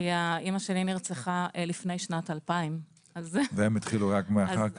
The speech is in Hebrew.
אימא שלי נרצחה לפני שנת 2000. והם התחילו רק אחר כך.